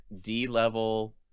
D-level